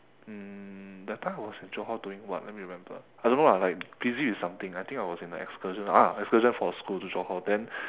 um that time I was in johor doing what let me remember I don't know lah like busy with something I think I was in an excursion or ah excursion for school to johor then